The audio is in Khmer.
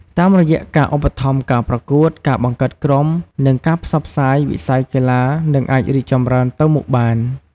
តាមរយៈការឧបត្ថម្ភការប្រកួត ការបង្កើតក្រុម និងការផ្សព្វផ្សាយ វិស័យកីឡានឹងអាចរីកចម្រើនទៅមុខបាន។